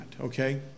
Okay